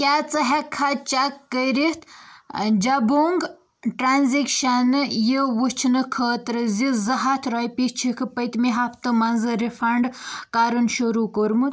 کیٛاہ ژٕ ہٮ۪ککھا چیک کٔرِتھ جَبونٛگ ٹرانٛزیکشن یہِ ؤچھنہٕ خٲطرٕ زِ زٕ ہَتھ رۄپیہِ چھِکھٕ پٔتمہِ ہفتہٕ منٛز رِفنڈ کرُن شروٗع کوٚرمُت